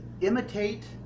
imitate